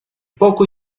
poco